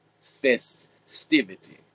festivity